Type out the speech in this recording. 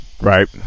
Right